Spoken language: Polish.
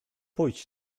pójdź